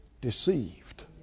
deceived